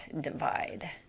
divide